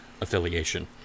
affiliation